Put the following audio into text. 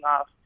off